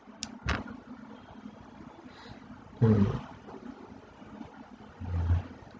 mm